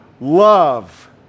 Love